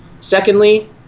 Secondly